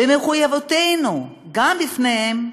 ומחויבותנו, גם בפניהם,